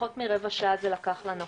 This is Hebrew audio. פחות מרבע שעה זה לקח לנו.